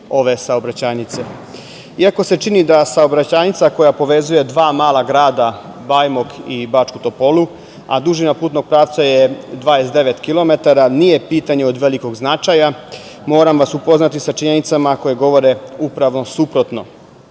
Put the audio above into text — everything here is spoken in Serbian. se čini da saobraćajnica koja povezuje dva mala grada Bajmok i Bačku Topolu, a dužina putnog pravca je 29 kilometara, nije pitanje od velikog značaja. Moram vas upoznati sa činjenicama koje govore upravo suprotno. Naime,